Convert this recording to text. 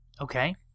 Okay